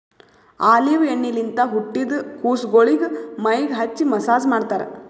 olive ಎಣ್ಣಿಲಿಂತ್ ಹುಟ್ಟಿದ್ ಕುಸಗೊಳಿಗ್ ಮೈಗ್ ಹಚ್ಚಿ ಮಸ್ಸಾಜ್ ಮಾಡ್ತರ್